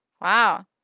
Wow